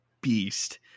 beast